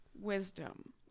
wisdom